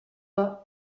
pas